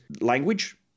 language